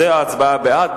זו ההצבעה בעד.